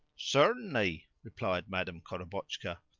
certainly, replied madame korobotchka.